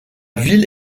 ville